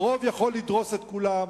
הרוב יכול לדרוס את כולם,